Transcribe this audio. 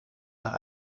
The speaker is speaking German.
nach